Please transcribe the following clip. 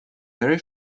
very